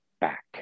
back